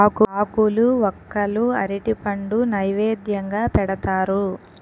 ఆకులు వక్కలు అరటిపండు నైవేద్యంగా పెడతారు